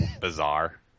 bizarre